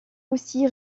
aussi